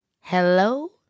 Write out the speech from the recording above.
Hello